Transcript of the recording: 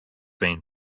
been